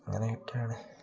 അങ്ങനെയൊക്കെയാണ്